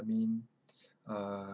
I mean uh